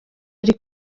ari